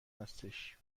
هستش